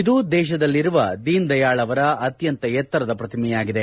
ಇದು ದೇಶದಲ್ಲಿರುವ ಧೀನ್ ದಯಾಳ್ ಅವರ ಅತ್ಯಂತ ಎತ್ತರದ ಪ್ರತಿಮೆಯಾಗಿದೆ